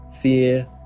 fear